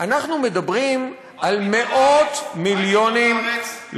אנחנו מדברים על מאות מיליונים,